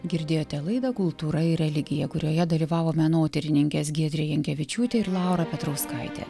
girdėjote laida kultūra ir religija kurioje dalyvavo menotyrininkės giedrė jankevičiūtė ir laura petrauskaitė